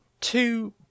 Two